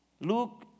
Luke